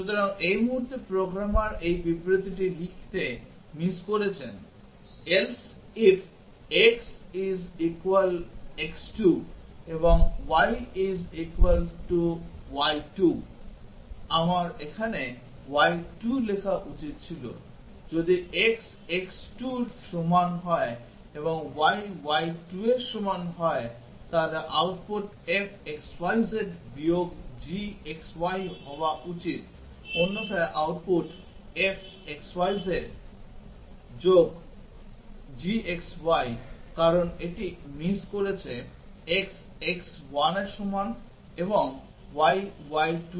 সুতরাং এই মুহুর্তে প্রোগ্রামার এই বিবৃতিটি লিখতে মিস করেছেন else if x is equal x2 এবং y is equal to y 2 আমার এখানে y 2 লেখা উচিত ছিল যদি x x2 এর সমান হয় এবং y y2 এর সমান হয় তাহলে আউটপুট f xyz বিয়োগ gxy হওয়া উচিত অন্যথায় output f xyz plus gxy কারণ সে এটি মিস করেছে x x1 এর সমান এবং y y2 এর সমান